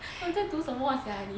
eh 你再读什么 sia 你